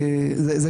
בשירותים,